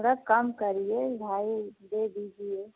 थोड़ा कम करिए भाई दे दीजिए